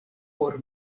por